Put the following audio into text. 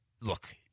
look